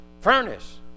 furnace